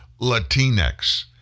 Latinx